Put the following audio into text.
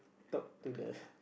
talk to the